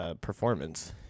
performance